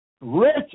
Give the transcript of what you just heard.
rich